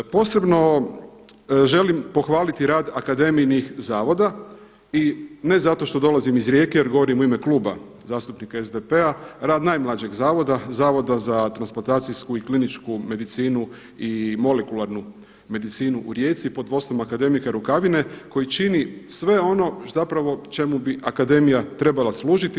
Posebno želim pohvaliti rad akademijinih zavoda i ne zato što dolazim iz Rijeke, jer govorim u ime Kluba zastupnika SDP-a rad najmlađeg zavoda, Zavoda za transplantacijsku i kliničku medicinu i molekularnu medicinu u Rijeci pod vodstvom akademika Rukavine koji čini sve ono zapravo čemu bi akademija trebala služiti.